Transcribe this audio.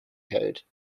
code